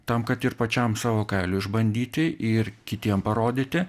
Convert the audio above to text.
tam kad ir pačiam savo kailiu išbandyti ir kitiem parodyti